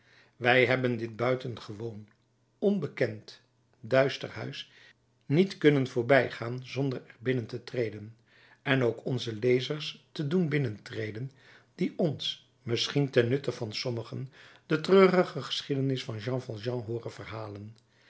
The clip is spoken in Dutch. wij hebben dit buitengewoon onbekend duister huis niet kunnen voorbijgaan zonder er binnen te treden en ook onze lezers te doen binnentreden die ons misschien ten nutte van sommigen de treurige geschiedenis van jean valjean hooren verhalen